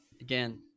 Again